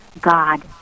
God